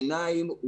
עיניים,